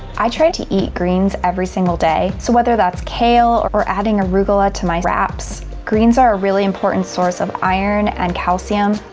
i try to eat greens every single day. so whether that's kale or adding arugula to my wraps, greens are a really important source of iron and calcium,